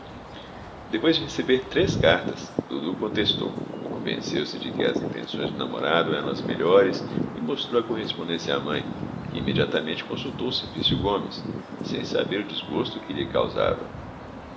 depois de receber três cartas dudu contestou convenceu-se de que as intenções do namorado eram as melhores e mostrou a correspondência à mãe que imediatamente consultou o simplício gomes sem saber o desgosto que lhe causava